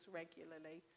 regularly